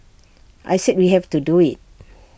I said we have to do IT